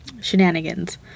shenanigans